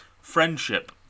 friendship